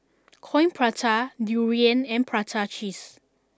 Coin Prata Durian and Prata Cheese